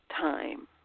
time